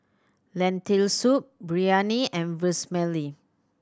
Lentil Soup Biryani and Vermicelli